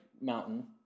mountain